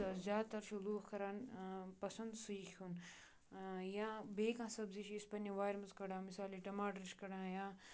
تہٕ زیادٕتَر چھِ لوٗکھ کَران پسنٛد سُے کھیوٚن یا بیٚیہِ کانٛہہ سبزی چھِ أسۍ پنٛنہِ وارِ منٛز کڑان مِثالے ٹماٹَر چھِ کَڑان یا